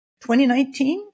2019